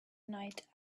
night